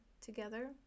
together